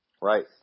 Right